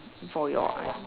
for your aunt